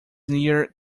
near